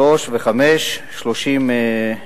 (3) ו-(5), 30(3) (5),